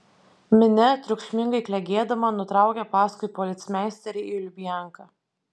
minia triukšmingai klegėdama nutraukė paskui policmeisterį į lubianką